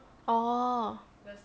orh